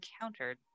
encountered